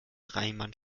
reimann